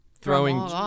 Throwing